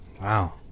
Wow